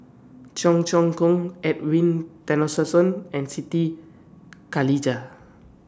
Cheong Choong Kong Edwin Tessensohn and Siti Khalijah